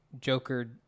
Joker